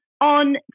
on